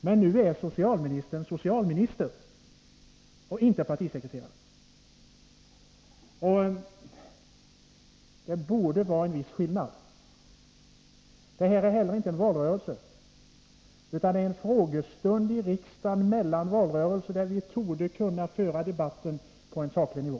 Men nu är socialministern socialminister och inte partisekreterare! Det borde vara en viss skillnad. Det här är inte heller en valrörelse, utan det är en frågestund i riksdagen mellan valrörelser, och här borde vi kunna föra debatten på en saklig nivå.